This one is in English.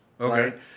Okay